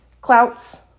Clouts